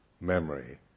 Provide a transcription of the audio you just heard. memory